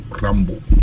Rambo